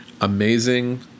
Amazing